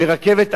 ברכבת אוויר?